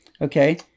Okay